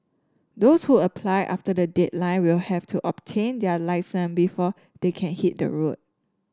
those who apply after the deadline will have to obtain their lesson before they can hit the road